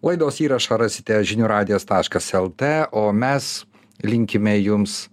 laidos įrašą rasite žinių radijo taškas lt o mes linkime jums